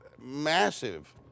massive